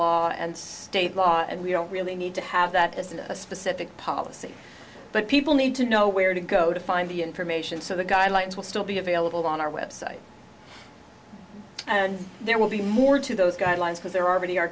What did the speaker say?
law and state law and we don't really need to have that as a specific policy but people need to know where to go to find the information so the guidelines will still be available on our website and there will be more to those guidelines because there are already are